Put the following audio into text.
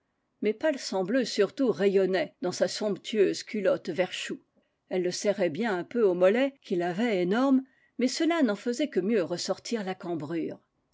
mais palsambleu surtout rayonnait dans sa somptueuse culotte vert chou elle le serrait bien un peu aux mollets qu'il avait énormes mais cela n'en faisait que mieux ressortir la